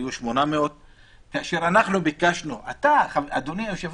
היו 800. כאשר אנחנו ביקשנו אדוני היושב-ראש,